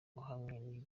ahwanye